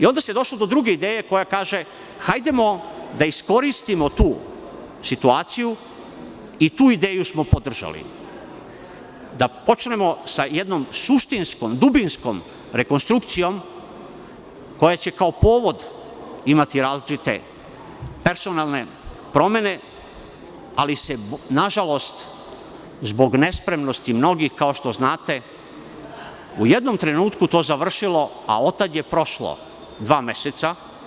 Onda se došlo do druge ideje koja kaže hajdemo da iskoristimo tu situaciju i tu ideju smo podržali, da počnemo sa jednom suštinskom, dubinskom rekonstrukcijom koja će kao povod imati različite personalne promene, ali se na žalost zbog nespremnosti mnogih kao što znate u jednom trenutku to završilo, a od tada je prošlo dva meseca.